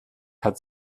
hat